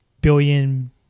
billion